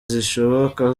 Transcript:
zishoboka